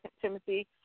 Timothy